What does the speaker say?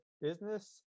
business